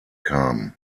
kam